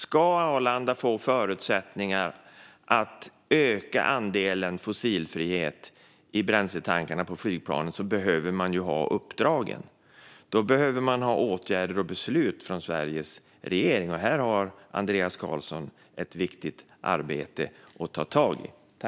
Ska Arlanda få förutsättningar att öka andelen fossilfritt i bränsletankarna på flygplanen behöver man ha uppdragen. Man behöver ha åtgärder och beslut från Sveriges regering. Här har Andreas Carlson ett viktigt arbete att ta tag i.